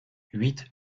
huit